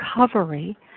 recovery